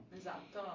esatto